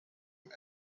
and